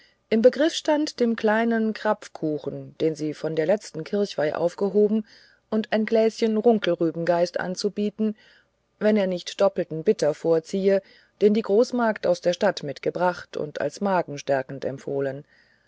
im begriff stand dem kleinen krapfkuchen den sie von der letzten kirchweih aufgehoben und ein gläschen runkelrübengeist anzubieten wenn er nicht doppelten bitter vorziehe den die großmagd aus der stadt mitgebracht und als magenstärkend empfohlen